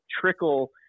trickle